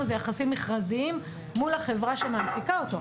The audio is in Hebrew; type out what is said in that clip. זה יחסים מכרזיים מול החברה שמעסיקה אותו.